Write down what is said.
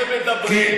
אתכם מדברים,